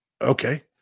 okay